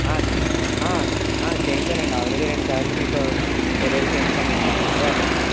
చేయించానండి already రెండు సార్లు మీతో డెలివరీ చేయించుకున్నా ఇంటికి అదే అడ్రస్ అండి